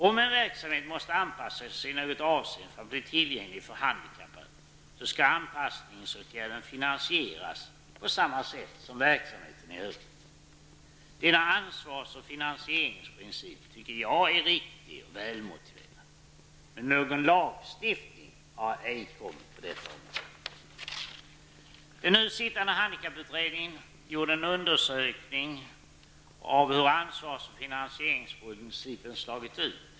Om en verksamhet måste anpassas i något avseende för att bli tillgänglig för handikappade skall anpassningsåtgärden finansieras på samma sätt som verksamheter i övrigt. Denna ansvars och finansieringsprincip tycker jag är riktig och välmotiverad, men någon lagstiftning har ej tillkommit på detta område. Den nu sittande handikapputredningen gjorde en undersökning av hur ansvars och finansieringsprincipen slagit ut.